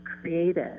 created